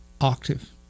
octave